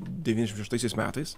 devyniasdešim šeštaisiais metais